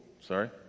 sorry